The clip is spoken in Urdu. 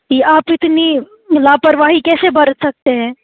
آپ اتنی لاپرواہی کیسے برت سکتے ہیں